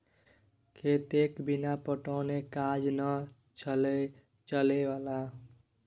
खेतके बिना पटेने काज नै छौ चलय बला